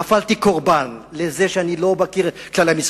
נפלתי קורבן לזה שאני לא מכיר את כללי המשחק.